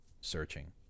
searching